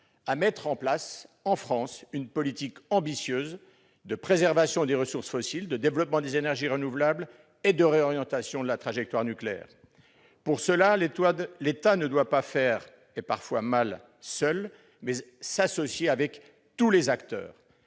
à mettre en place en France une politique ambitieuse de préservation des ressources fossiles, de développement des énergies renouvelables et de réorientation de la trajectoire nucléaire. Pour cela, l'État doit non pas faire seul, parfois mal, mais s'associer avec tous les acteurs.